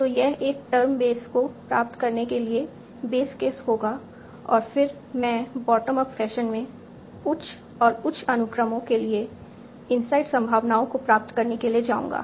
तो यह एक टर्म बेस को प्राप्त करने के लिए बेस केस होगा और फिर मैं बॉटम अप फैशन में उच्च और उच्च अनुक्रमों के लिए इनसाइड संभावनाओं को प्राप्त करने के लिए जाऊंगा